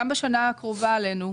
גם בשנה הקרובה עלינו,